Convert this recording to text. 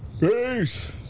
Peace